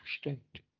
state